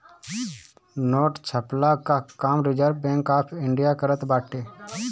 note छ्पला कअ काम रिजर्व बैंक ऑफ़ इंडिया करत बाटे